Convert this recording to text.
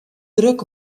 druk